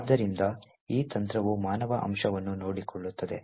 ಆದ್ದರಿಂದ ಈ ತಂತ್ರವು ಮಾನವ ಅಂಶವನ್ನೂ ನೋಡಿಕೊಳ್ಳುತ್ತದೆ